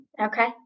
Okay